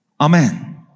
Amen